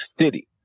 City